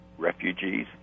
refugees